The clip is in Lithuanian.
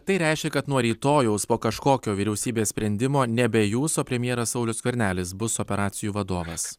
tai reiškia kad nuo rytojaus po kažkokio vyriausybės sprendimo nebe jūs o premjeras saulius skvernelis bus operacijų vadovas